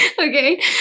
okay